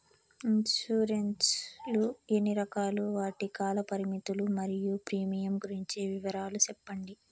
Insurance లు ఎన్ని రకాలు? వాటి కాల పరిమితులు మరియు ప్రీమియం గురించి వివరాలు సెప్పండి?